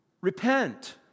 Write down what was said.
repent